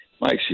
Mike